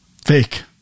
Fake